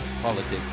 politics